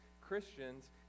Christians